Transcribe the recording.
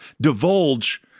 divulge